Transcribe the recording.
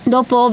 Dopo